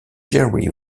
jerry